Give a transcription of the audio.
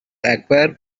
acquire